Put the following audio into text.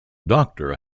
doctor